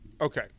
Okay